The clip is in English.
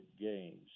games